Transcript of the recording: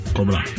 Cobra